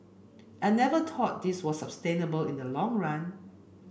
I never thought this was sustainable in the long run